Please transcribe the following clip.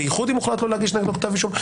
בייחוד אם הוחלט לא להגיש נגדו כתב אישום.